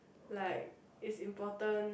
like is important